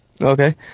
Okay